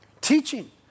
Teaching